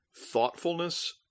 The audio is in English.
thoughtfulness